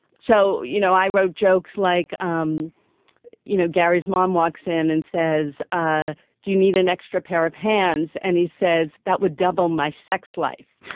so, you know, i wrote jokes like, um you know, gary's mom walks in and says, ah do you need an extra pair of hands? and he says, that would double my sex life.